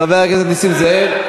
חבר הכנסת נסים זאב.